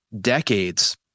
decades